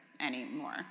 anymore